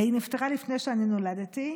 היא נפטרה לפני שאני נולדתי,